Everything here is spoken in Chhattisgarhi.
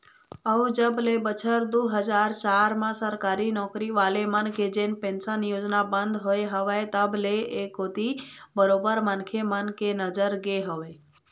अउ जब ले बछर दू हजार चार म सरकारी नौकरी वाले मन के जेन पेंशन योजना बंद होय हवय तब ले ऐ कोती बरोबर मनखे मन के नजर गे हवय